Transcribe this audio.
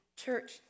Church